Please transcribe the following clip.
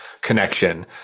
connection